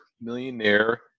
millionaire